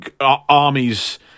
armies